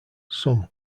some